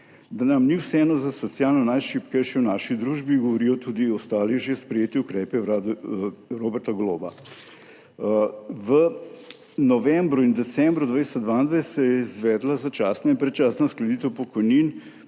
Da nam ni vseeno za socialno najšibkejše v naši družbi, govorijo tudi ostali že sprejeti ukrepi vlade Roberta Goloba. V novembru in decembru 2022 se je izvedla začasna in predčasna uskladitev pokojnin,